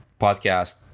Podcast